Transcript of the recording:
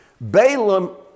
Balaam